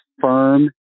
firm